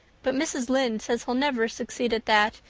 but mrs. lynde says he'll never succeed at that,